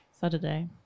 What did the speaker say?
Saturday